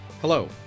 Hello